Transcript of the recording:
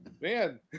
Man